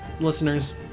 listeners